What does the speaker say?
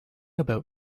about